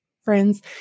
friends